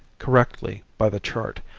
correctly by the chart,